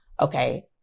okay